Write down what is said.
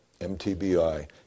MTBI